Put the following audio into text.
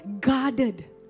guarded